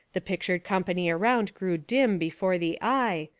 the pictured company around grew dim before the eye,